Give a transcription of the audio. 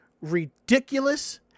ridiculous